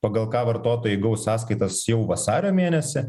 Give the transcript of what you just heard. pagal ką vartotojai gaus sąskaitas jau vasario mėnesį